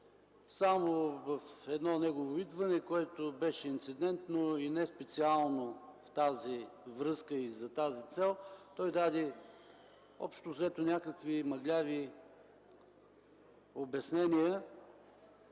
Само в едно негово идване, което беше инцидентно и не специално в тази връзка и за тази цел, той даде общо взето някакви мъгляви обяснения